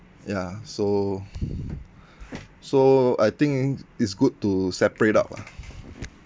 ya so so I think it's good to separate out lah